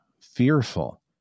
fearful